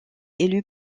élu